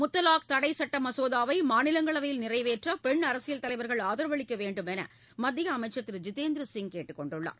முத்தலாக் தடை சட்ட மசோதாவை மாநிலங்களவையில் நிறைவேற்ற பெண் அரசியல் தலைவர்கள் ஆதரவளிக்க வேண்டும் என மத்திய அமைச்சர் திரு ஜிதேந்திர சிங் கேட்டுக் கொண்டுள்ளார்